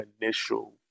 initial